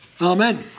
Amen